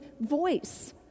voice